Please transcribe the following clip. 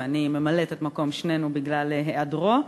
ואני ממלאת את מקום שנינו בגלל היעדרו.